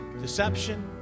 deception